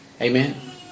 Amen